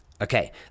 okay